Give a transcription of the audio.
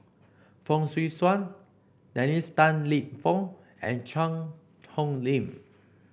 Fong Swee Suan Dennis Tan Lip Fong and Cheang Hong Lim